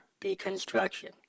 Deconstruction